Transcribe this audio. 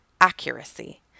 accuracy